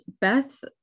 Beth